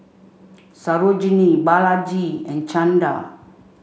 Sarojini Balaji and Chanda